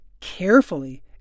carefully